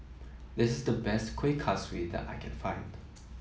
this is the best Kueh Kaswi that I can find